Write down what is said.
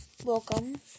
Welcome